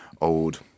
old